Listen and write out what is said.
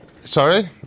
Sorry